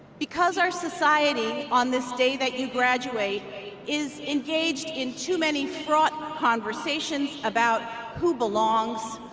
because our society on this day that you graduate is engaged in too many fraught conversations about who belongs,